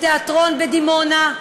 לתיאטרון בדימונה,